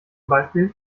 beispiel